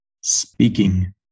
SPEAKING